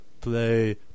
Play